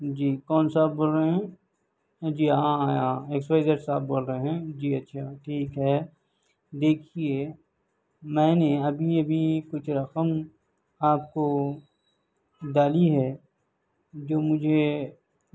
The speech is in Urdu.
جی کون صاحب بول رہے ہیں جی ہاں ایکس وائی زیڈ صاحب بول رہے ہیں جی اچھا ٹھیک ہے دیکھیے میں نے ابھی ابھی کچھ رقم آپ کو ڈالی ہے جو مجھے